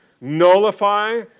nullify